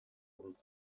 dut